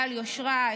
בעל יושרה,